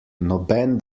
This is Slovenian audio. noben